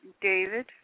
David